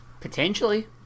Potentially